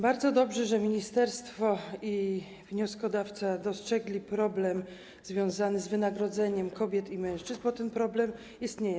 Bardzo dobrze, że ministerstwo i wnioskodawca dostrzegli problem związany z wynagrodzeniem kobiet i mężczyzn, bo ten problem istnieje.